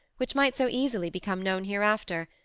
which might so easily become known hereafter,